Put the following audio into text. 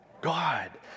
God